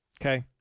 Okay